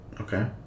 Okay